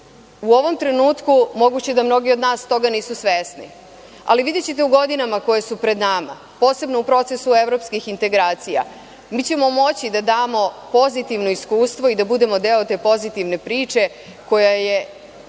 U ovom trenutku moguće da mnogi od nas toga nisu svesni, ali videćete u godinama koje su pred nama, posebno u procesu evropskih integracija, mi ćemo moći da damo pozitivno iskustvo i da budemo deo te pozitivne priče, koja je